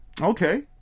Okay